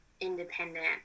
independent